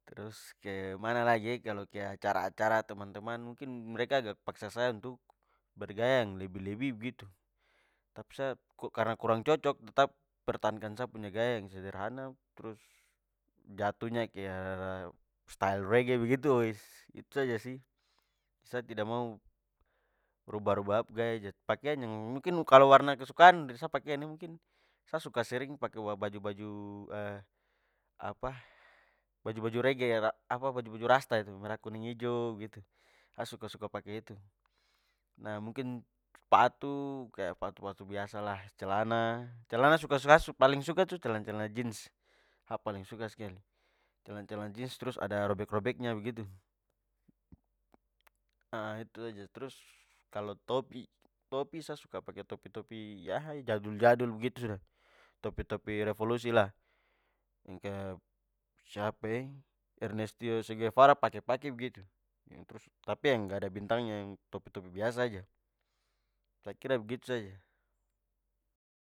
Trus kemana lagi e? Kalo ke acara teman-teman mungkin mereka agak paksa saya untuk bergaya yang lebih-lebih begitu. Tapi sa karna kurang cocok tetap pertahankan sa punya gaya yang sederhana trus jatuhnya ke arah style reggae begitu itu saja sih. Sa tidak mau rubah-rubah sa pu gaya aja. Pakaian yang mungkin kalo warna kesukaan dari sa pakaian e, mungkin sa suka sering pake baju-baju apa baju-baju reggae apa baju-baju rasta itu, merah kuning ijo begitu, sa suka-suka pake itu. Nah mungkin sepatu, kaya sepatu-sepatu biasalah. Celana, celana suka sa paling suka tu celana-celana jeans, sa paling suka skali. Celana-celana jeans trus ada robek-robeknya begitu. itu saja. Trus kalo topi topi-, sa suka pake topi-topi ya jadul-jadul begitu sudah. Topi-topi revolusi lah, yang kaya siapa e? Ernestio 'che' guevara pake-pake begitu. Trus, tapi yang ngga ada bintangnya, yang topi-topi biasa aja. Sa kira begitu saja.